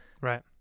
right